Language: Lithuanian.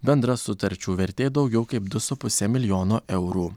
bendra sutarčių vertė daugiau kaip du su puse milijono eurų